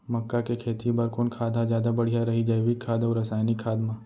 मक्का के खेती बर कोन खाद ह जादा बढ़िया रही, जैविक खाद अऊ रसायनिक खाद मा?